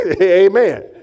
Amen